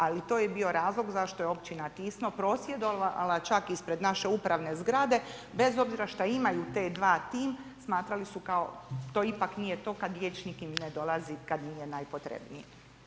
Ali to je bio razlog zašto je općina Tisno prosvjedovala čak ispred naše upravne zgrade bez obzora što imaju t2 tim, smatrali su kao to ipak nije to, kad liječnik ne dolazi kad im je najpotrebnije.